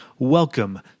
Welcome